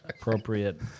appropriate